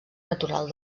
natural